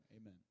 Amen